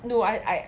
no I I